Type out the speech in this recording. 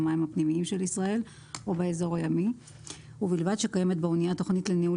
במים הפנימיים של ישראל או באזור הימי ובלבד שקיימת באנייה תוכנית לניהול